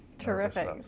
Terrific